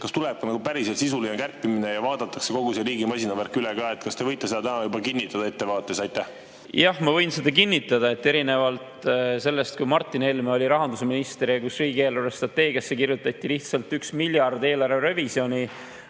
ka nagu päriselt sisuline kärpimine ja vaadatakse kogu see riigi masinavärk üle? Kas te võite seda täna juba ettevaates kinnitada? Jah, ma võin seda kinnitada, et erinevalt sellest, kui Martin Helme oli rahandusminister ja riigi eelarvestrateegiasse kirjutati lihtsalt 1 miljard eelarve revisjoni,